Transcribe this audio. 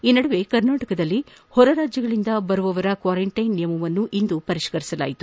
ಈ ನಡುವೆ ಕರ್ನಾಟಕದಲ್ಲಿ ಹೊರ ರಾಜ್ಯಗಳಿಂದ ಆಗಮಿಸುವವರ ಕ್ವಾರಂಟೈನ್ ನಿಯಮವನ್ನು ಪರಿಷ್ಕರಿಸಲಾಗಿದೆ